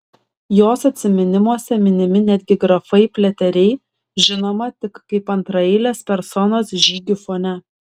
jos atsiminimuose minimi netgi grafai pliateriai žinoma tik kaip antraeilės personos žygių fone